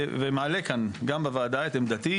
ומעלה כאן גם בוועדה את עמדתי,